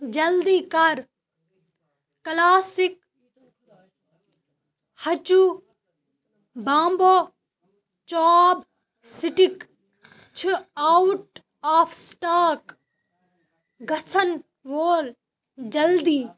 جلدی کَر کلاسِک ہَچوٗ بامبو چاپ سٹِک چھِ آوُٹ آف سِٹاک گژھن وول جلدی